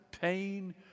pain